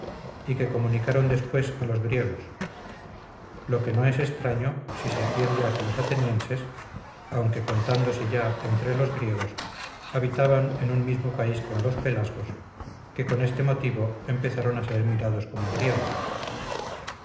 y que comunicaron después a los griegos lo que no es extraño si se atiende a que los atenienses aunque contándose ya entre los griegos habitaban en un mismo país con los pelasgos que con este motivo empezaron a ser mirados como griegos